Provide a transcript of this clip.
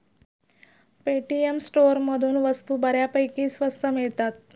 Paytm स्टोअरमधून वस्तू बऱ्यापैकी स्वस्त मिळतात